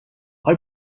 خوای